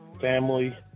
family